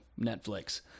Netflix